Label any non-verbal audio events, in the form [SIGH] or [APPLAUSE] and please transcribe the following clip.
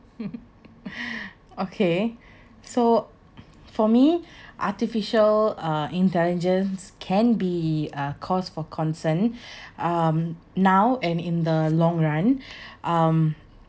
[LAUGHS] okay so for me artificial uh intelligence can be a cause for concern [BREATH] um now and in the long run [BREATH] um